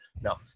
No